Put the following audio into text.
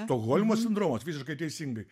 stokholmo sindromas visiškai teisingai